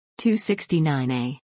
269A